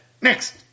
Next